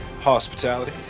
hospitality